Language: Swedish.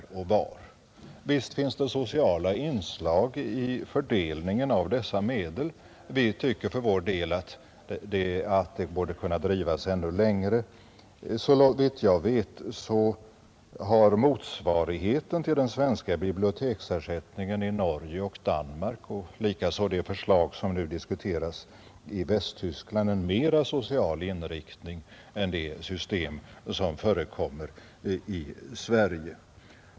Visst finns det sociala inslag i fördelningen av dessa medel. Vi tycker för vår del att det borde kunna drivas ännu längre. Såvitt jag vet har motsvarigheten till den svenska biblioteksersättningen i Norge och Danmark och likaså det förslag som nu diskuteras i Västtyskland en mer social inriktning än det system som förekommer i Sverige.